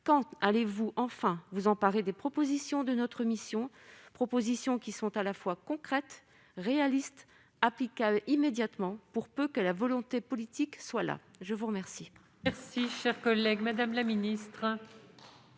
Quand allez-vous enfin vous emparer des propositions de notre mission, propositions qui sont à la fois concrètes, réalistes et applicables immédiatement, pour peu que la volonté politique soit là ? La parole